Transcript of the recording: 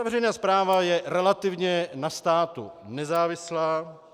Veřejná správa je relativně na státu nezávislá.